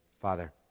Father